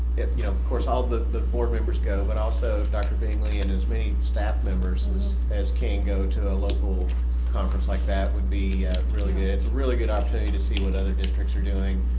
you know course all the the board members go, but also dr. binggeli and as many staff members as as can go to a local conference like that would be really good. it's a really good opportunity to see what other districts are doing.